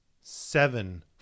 seven